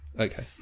Okay